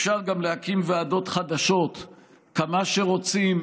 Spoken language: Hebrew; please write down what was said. אפשר גם להקים ועדות חדשות כמה שרוצים,